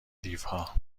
دیوها